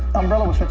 umbrella was